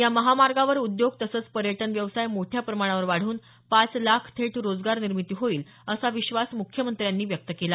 या महामार्गावर उद्योग तसंच पर्यटन व्यवसाय मोठ्या प्रमाणावर वाढून पाच लाख थेट रोजगार निर्मिती होईल असा विश्वास मुख्यमंत्र्यांनी व्यक्त केला